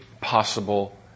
possible